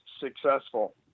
successful